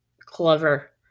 clever